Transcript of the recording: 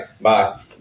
Bye